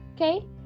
Okay